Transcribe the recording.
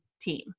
team